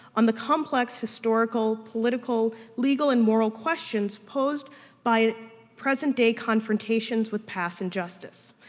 on the complex historical, political, legal and moral questions posed by present-day confrontations with past injustice.